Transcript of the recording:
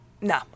No